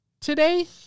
today